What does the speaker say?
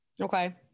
Okay